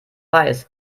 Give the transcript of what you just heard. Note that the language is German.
weiß